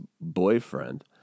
boyfriend